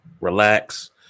relax